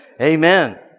Amen